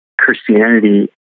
Christianity